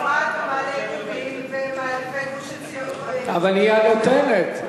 אפרת, מעלה-אדומים וגוש-עציון, היא הנותנת.